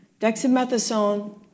Dexamethasone